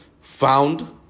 found